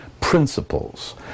principles